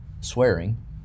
swearing